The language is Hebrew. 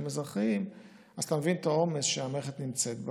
אזרחיים אז אתה מבין את העומס שהמערכת נמצאת בה.